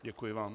Děkuji vám.